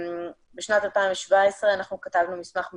בשנת 2017 אנחנו כתבנו מסמך מדיניות,